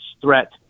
threat